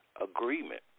agreement